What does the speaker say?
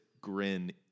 grin